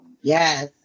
yes